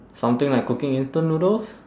something like cooking instant noodles